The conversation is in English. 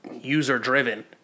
user-driven